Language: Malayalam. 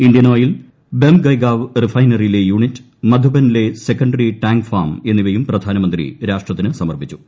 ഇന്ത്യൻ ഓയിൽ ബൊംഗൈഗാവ് റിഫൈനറിയിലെ യൂണിറ്റ് മധുബനിലെ സെക്കൻഡറി ടാങ്ക് ഫാം എന്നിവയും പ്രധാനമന്ത്രി രാഷ്ട്രത്തിന് സമർപ്പിച്ചു